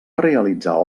realitzar